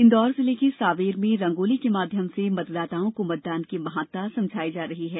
इंदौर जिले के सांवेर में रंगोली के माध्यम से मतदाताओं को मतदान की महत्ता समझायी जा रही है